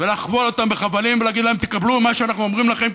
לכבול אותם בחבלים ולהגיד להם: תקבלו את מה שאנחנו אומרים לכם,